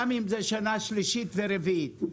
גם אם זה שנה שלישית ורביעית,